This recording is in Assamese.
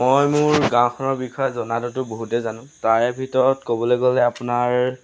মই মোৰ গাঁওখনৰ বিষয়ে জনাতোটো বহুতেই জানো তাৰে ভিতৰত ক'বলৈ গ'লে আপোনাৰ